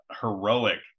heroic